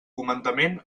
comandament